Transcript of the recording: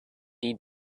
need